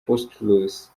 pistorius